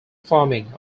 farming